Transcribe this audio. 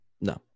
No